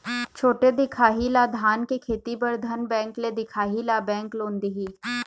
छोटे दिखाही ला धान के खेती बर धन बैंक ले दिखाही ला बैंक लोन दिही?